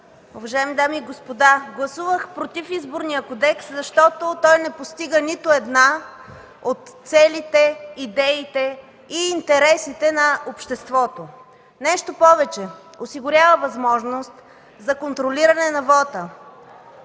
Уважаеми дами и господа, гласувах „против” Изборния кодекс, защото той не постига нито една от целите, идеите и интересите на обществото. Нещо повече, осигурява възможност за контролиране на вота,